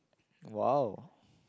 !wow!